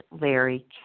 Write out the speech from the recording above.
Larry